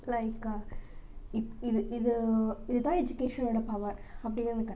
like இத் இது இது இது தான் எஜுகேஷனோடய பவர் அப்படிங்கறத கற்றுக்கிட்டேன்